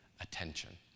attention